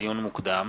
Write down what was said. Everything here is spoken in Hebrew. לדיון מוקדם: